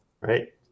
right